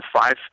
five